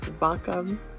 welcome